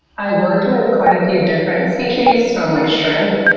i worked with quite a few different species from, like, shrimp,